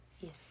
Yes